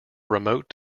remote